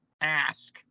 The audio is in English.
ask